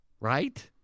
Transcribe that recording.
right